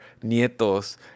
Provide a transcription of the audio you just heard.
nietos